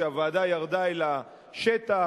שהוועדה ירדה אל השטח,